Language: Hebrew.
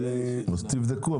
תבדקו.